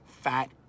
fat